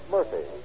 Murphy